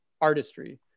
artistry